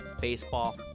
baseball